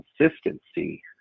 consistency